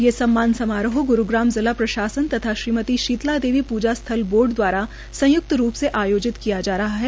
यह सम्मान समारोह ग्रुग्राम जिला प्रशासन तथा श्रीमाता शीतला देवी पृजा स्थल बोर्ड द्वारा संयुक्त रूप से आयोजित किया जा रहा है